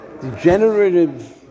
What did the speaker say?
degenerative